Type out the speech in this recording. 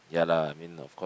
ya lah mean of course